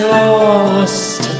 lost